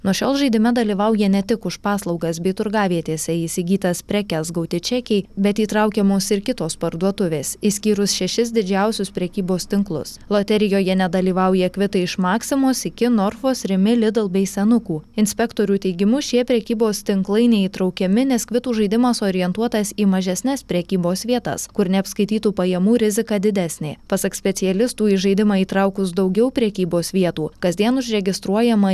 nuo šiol žaidime dalyvauja ne tik už paslaugas bei turgavietėse įsigytas prekes gauti čekiai bet įtraukiamos ir kitos parduotuvės išskyrus šešis didžiausius prekybos tinklus loterijoje nedalyvauja kvitai iš maksimos iki norfos rimi lidl bei senukų inspektorių teigimu šie prekybos tinklai neįtraukiami nes kvitų žaidimas orientuotas į mažesnes prekybos vietas kur neapskaitytų pajamų rizika didesnė pasak specialistų į žaidimą įtraukus daugiau prekybos vietų kasdien užregistruojama